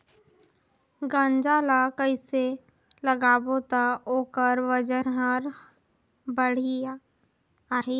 गुनजा ला कइसे लगाबो ता ओकर वजन हर बेडिया आही?